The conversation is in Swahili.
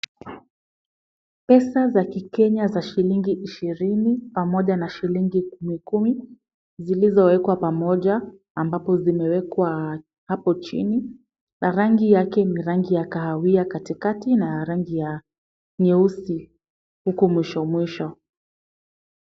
Pesa za kikenya za shilingi ishirini pamoja na shilingi kumi kumi zilizowekwa pamoja ambapo zimewekwa hapo chini na yangi yake ni rangi ya kahawia katikati na rangi ya nyeusi huku mwisho mwisho.